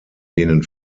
denen